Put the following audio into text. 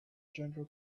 general